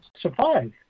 survive